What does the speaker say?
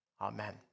amen